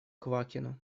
квакину